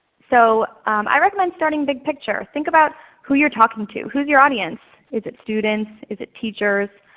so i recommend starting big picture. think about who you're talking to. who's your audience? is it students? is it teachers?